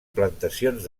plantacions